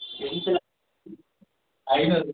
ஐன்நூறு